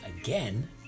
again